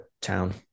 town